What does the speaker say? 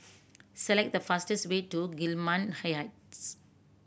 select the fastest way to Gillman Hay Heights